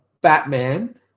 Batman